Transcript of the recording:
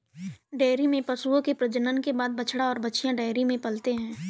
dairy में पशुओं के प्रजनन के बाद बछड़ा और बाछियाँ डेयरी में पलते हैं